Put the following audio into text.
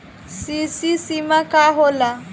CC सीमा का होला?